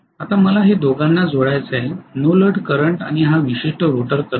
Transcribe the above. आता मला हे दोघांना जोडायचे आहे नो लोड करंट आणि हा विशिष्ट रोटर करंट